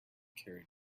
carried